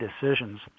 decisions